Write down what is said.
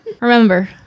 remember